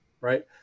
right